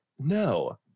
No